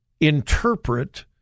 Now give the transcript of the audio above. interpret